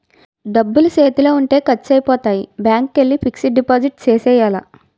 డబ్బులు సేతిలో ఉంటే ఖర్సైపోతాయి బ్యాంకికెల్లి ఫిక్సడు డిపాజిట్ సేసియ్యాల